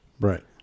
Right